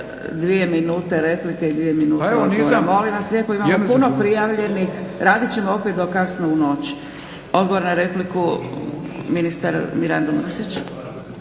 dvije minute replike i dvije minute odgovora. Molim vas lijepo, imamo puno prijavljenih, radit ćemo opet do kasno u noć. Odgovor na repliku, ministar Mirando Mrsić.